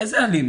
איזה אלים?